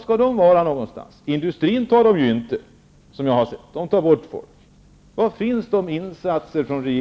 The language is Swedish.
skall de vara någonstans? Industrin tar inte emot dem, som jag har sett.